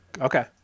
Okay